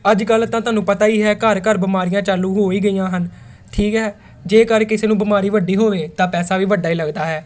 ਅੱਜ ਕੱਲ੍ਹ ਤਾਂ ਤੁਹਾਨੂੰ ਪਤਾ ਹੀ ਹੈ ਘਰ ਘਰ ਬਿਮਾਰੀਆਂ ਚਾਲੂ ਹੋ ਹੀ ਗਈਆਂ ਹਨ ਠੀਕ ਹੈ ਜੇਕਰ ਕਿਸੇ ਨੂੰ ਬਿਮਾਰੀ ਵੱਡੀ ਹੋਵੇ ਤਾਂ ਪੈਸਾ ਵੀ ਵੱਡਾ ਹੀ ਲੱਗਦਾ ਹੈ